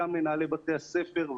גם מנהלי בתי הספר,